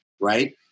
right